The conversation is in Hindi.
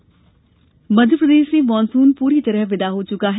मौसम मध्यप्रदेश से मॉनसून पूरी तरह से विदा हो चुका है